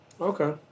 Okay